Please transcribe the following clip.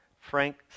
frank